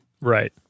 Right